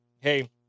hey